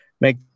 make